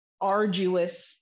arduous